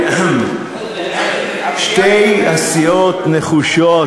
שתי הסיעות נחושות,